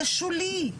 זה שולי.